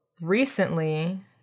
recently